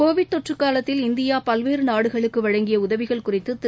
Covid தொற்று காலத்தில் India பல்வேறு நாடுகளுக்கு வழங்கிய உதவிகள் குறித்து திரு